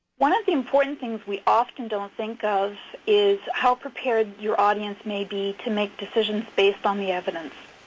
one of the important things we often don't think of is how prepared your audience may be to make decisions based on the evidence.